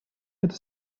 это